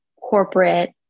corporate